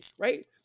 right